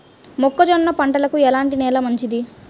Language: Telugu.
మొక్క జొన్న పంటకు ఎలాంటి నేల మంచిది?